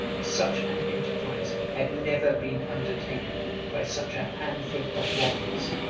such an enterprise had never been undertaken by such a handful of warriors.